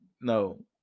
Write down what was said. no